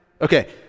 Okay